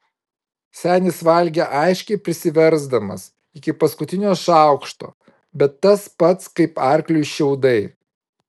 senis valgė aiškiai prisiversdamas iki paskutinio šaukšto bet tas pats kaip arkliui šiaudai